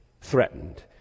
threatened